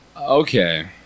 Okay